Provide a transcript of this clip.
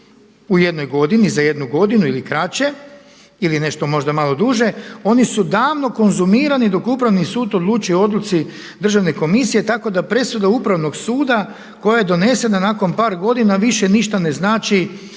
u jednoj godini, za jednu godinu ili kraće ili nešto možda malo duže oni su davno konzumirali dok Upravni sud odlučuje o odluci Državne komisije tako da presuda Upravnog suda koja je donesena nakon par godina više ništa ne znači